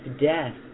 death